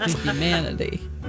humanity